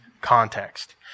context